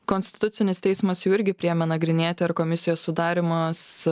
konstitucinis teismas jau irgi priėmė nagrinėti ar komisijos sudarymas